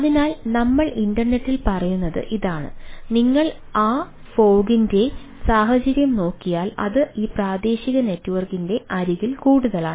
അതിനാൽ നമ്മൾ ഇന്റർനെറ്റിൽ പറയുന്നത് ഇതാണ് നിങ്ങൾ ആ ഫോഗിൻറെ ന്റെ അരികിൽ കൂടുതലാണ്